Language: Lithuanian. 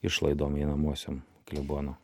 išlaidom einamosiom klebono